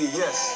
yes